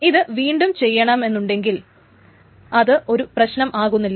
ഇത് വീണ്ടും ചെയ്യണമെങ്കിൽ അത് ഒരു പ്രശ്നം ആകുന്നില്ല